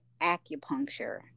acupuncture